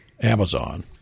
Amazon